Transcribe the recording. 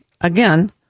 again